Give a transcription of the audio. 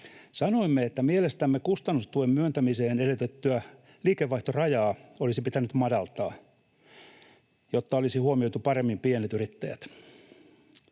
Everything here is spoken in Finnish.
Sanoimme, että mielestämme kustannustuen myöntämiseen edellytettyä liikevaihtorajaa olisi pitänyt madaltaa, jotta olisi huomioitu paremmin pienet yrittäjät.